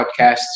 Podcasts